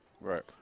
Right